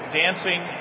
dancing